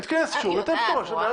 נתכנס שוב וניתן פטור על קריאה